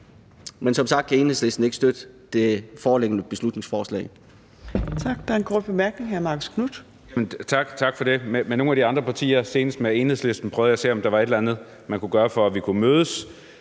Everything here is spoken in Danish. Men som sagt kan Enhedslisten ikke støtte det foreliggende beslutningsforslag.